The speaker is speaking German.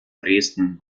dresden